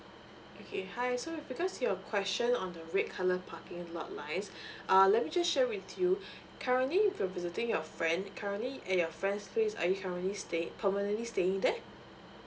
okay hi so because your question on the red colour parking lot lines err let me just share with you currently if you're visiting your friend currently at your friend's place are you currently stay permanently staying there